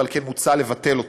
ועל כן מוצע לבטל אותה.